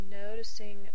noticing